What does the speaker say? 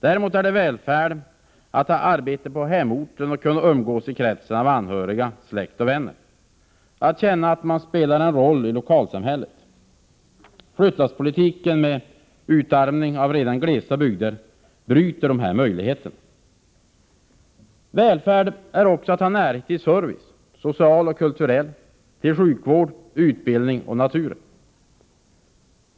Däremot är det välfärd att ha arbete på hemorten och kunna umgås i kretsen av anhöriga, släkt och vänner — att känna att man spelar en roll i lokalsamhället. Flyttlasspolitiken med utarmning av redan glesa bygder bryter dessa möjligheter. Välfärd är också att ha närhet till service — social och kulturell —, till sjukvård, till utbildning och till naturen.